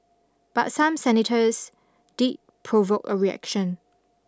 but some senators did provoke a reaction